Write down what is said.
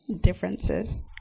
differences